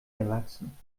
erwachsen